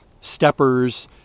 steppers